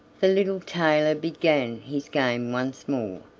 the little tailor began his game once more,